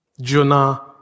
Jonah